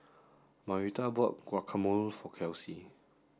Marita bought guacamole for Kelsea